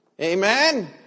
Amen